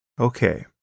Okay